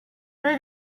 but